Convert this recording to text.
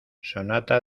sonata